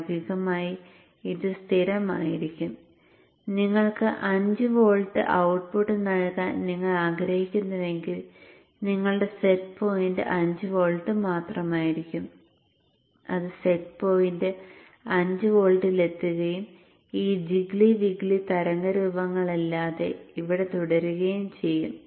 പ്രായോഗികമായി ഇത് സ്ഥിരമായിരിക്കും നിങ്ങൾക്ക് 5 വോൾട്ട് ഔട്ട്പുട്ട് നൽകാൻ നിങ്ങൾ ആഗ്രഹിക്കുന്നുവെങ്കിൽ നിങ്ങളുടെ സെറ്റ് പോയിന്റ് 5 വോൾട്ട് മാത്രമായിരിക്കും അത് സെറ്റ് പോയിന്റ് 5 വോൾട്ടിൽ എത്തുകയും ഈ ജിഗ്ലി വിഗ്ലി തരംഗ രൂപങ്ങളില്ലാതെ ഇവിടെ തുടരുകയും ചെയ്യും